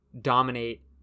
dominate